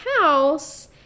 house